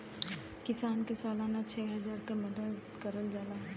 किसान के सालाना छः हजार क मदद करल जाला